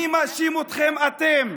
אני מאשים אתכם אתם,